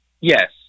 Yes